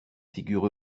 figure